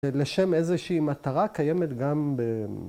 ‫לשם איזושהי מטרה ‫קיימת גם ב...